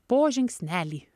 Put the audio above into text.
po žingsnelį